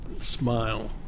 smile